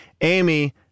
Amy